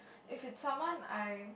if it's someone I